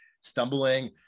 stumbling